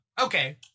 Okay